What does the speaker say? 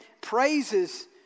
praises